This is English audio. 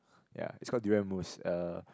yea it's call durian mousse uh